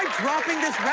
dropping this